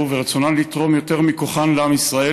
ועל רצונן לתרום יותר מכוחן לעם ישראל,